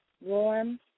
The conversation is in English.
Warm